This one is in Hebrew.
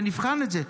ונבחן את זה.